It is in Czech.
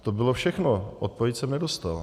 To bylo všechno, odpověď jsem nedostal.